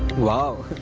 wow!